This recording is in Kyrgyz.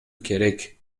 керек